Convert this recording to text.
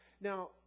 Now